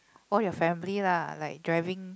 all your family lah like driving